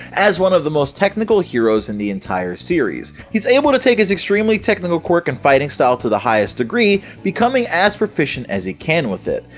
as one of the most technical heroes in the entire series! he's able to take his extremely technical quirk and fighting style to the highest degree, becoming as proficient as he can with it!